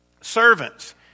Servants